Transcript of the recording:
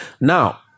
now